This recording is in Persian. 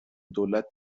دولت